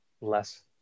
less